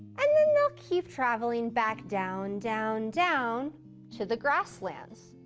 and then it'll keep traveling back down down, down to the grasslands.